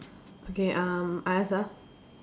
okay um I ask ah